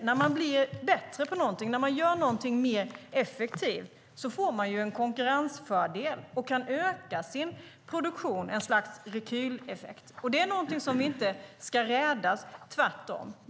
När man blir bättre på något, när man gör något mer effektivt, får man en konkurrensfördel och kan öka sin produktion. Det blir en slags rekyleffekt. Det ska vi inte rädas - tvärtom.